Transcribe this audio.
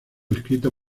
escrito